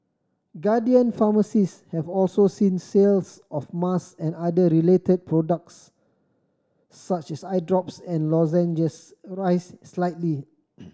Guardian Pharmacies have also seen sales of mass and other related products such as eye drops and lozenges arise slightly